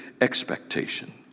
expectation